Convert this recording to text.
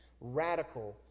radical